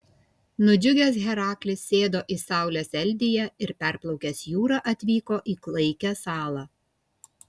nudžiugęs heraklis sėdo į saulės eldiją ir perplaukęs jūrą atvyko į klaikią salą